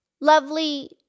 lovely